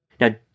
Now